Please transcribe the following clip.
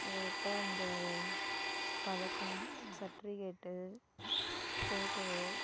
அதை விட்டால் அந்த பதக்கம் செர்டிபிகேட்டு ஃபோட்டோ